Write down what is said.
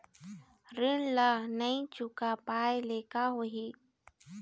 ऋण ला नई चुका पाय ले का होही?